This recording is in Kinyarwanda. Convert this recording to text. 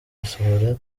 gusohora